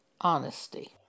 honesty